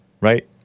right